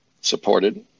supported